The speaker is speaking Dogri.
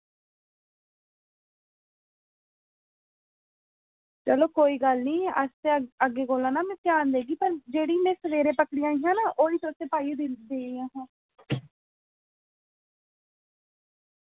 चलो कोई गल्ल नी अस ते अग्गे कोला ना मैं ध्यान देगी पर जेह्ड़ी मैं सवेरे पकड़ियां हियां ना ओह् ही तुसें पाइयै दी देइयां हियां